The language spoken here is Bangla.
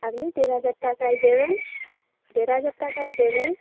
আপনি দেড় হাজার টাকাই দেবেন দেড় হাজার টাকাই দেবেন